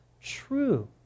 true